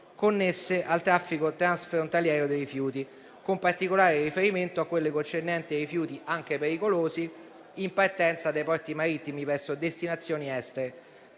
connesse al traffico transfrontaliero dei rifiuti, con particolare riferimento a quelle concernenti i rifiuti, anche pericolosi, in partenza dai porti marittimi verso destinazione estere.